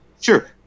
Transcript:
sure